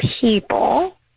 people